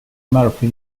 murphy